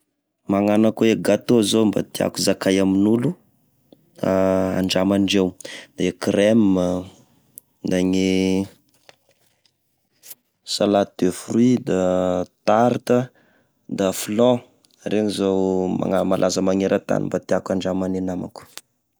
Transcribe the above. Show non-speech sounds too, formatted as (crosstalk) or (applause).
Magnano ako e gateau zao mba tiako zakay amin'olo, (hesitation) mba andramandreo, de creme, da ne salade de fruit, da tarte ,da flan, regny zao magn- malaza manerantany mba tiako andraman'ny e namako.